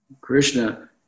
Krishna